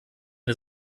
des